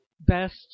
best